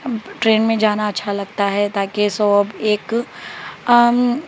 train میں جانا اچھا لگتا ہے تاکہ سب ایک